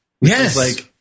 Yes